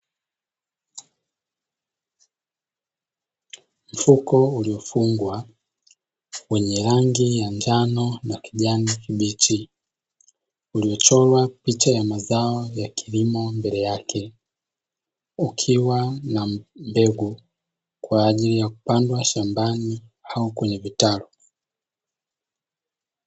Mfuko uliofungwa, wenye rangi ya njano na kijani kibichi, uliochorwa picha ya mazao ya kilimo mbele yake, ukiwa na mbegu kwa ajili ya kupadwa shambani au kwenye vitalu.